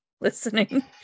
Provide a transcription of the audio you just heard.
listening